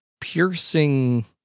piercing